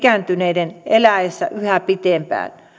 ikääntyneiden eläessä yhä pitempään